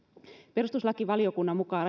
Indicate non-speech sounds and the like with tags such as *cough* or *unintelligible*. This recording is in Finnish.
perustuslakivaliokunnan mukaan *unintelligible*